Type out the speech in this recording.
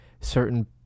certain